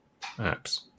apps